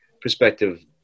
perspective